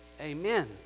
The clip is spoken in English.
amen